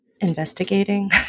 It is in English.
investigating